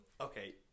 Okay